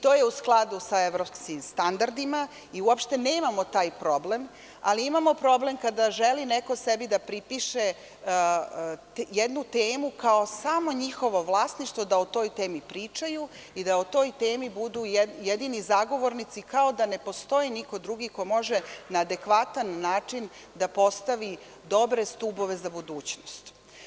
To je u skladu sa evropskim standardima i uopšte nemamo taj problem, ali imamo problem kada želi neko sebi da pripiše jednu temu kao samo njihovo vlasništvo da o toj temi pričaju i da o toj temi budu jedini zagovornici, kao da ne postoji niko drugi ko može na adekvatan način da postavi dobre stubove za budućnost.